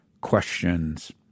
questions